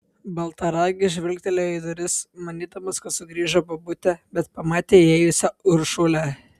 baltaragis žvilgtelėjo į duris manydamas kad sugrįžo bobutė bet pamatė įėjusią uršulę